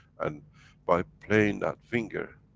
and by playing that finger.